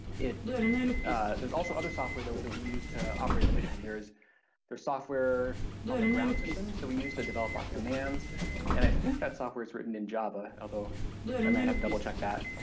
it there's also other software that we that we use to operate the mission, there is there's software on the ground systems that we use to develop our commands and i think that software is written in java although i might have double checked that.